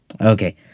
Okay